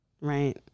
Right